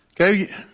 Okay